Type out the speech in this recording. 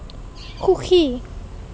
সুখী